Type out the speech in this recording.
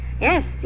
Yes